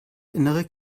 innere